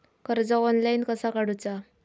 कर्ज ऑनलाइन कसा काडूचा?